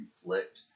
conflict